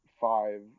five –